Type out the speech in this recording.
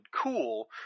cool